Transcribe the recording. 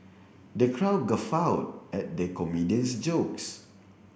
the crowd guffawed at the comedian's jokes